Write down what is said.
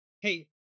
hey